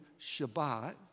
Shabbat